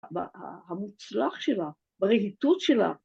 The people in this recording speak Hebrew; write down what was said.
‫המוצלח שלה, ברהיטות שלה.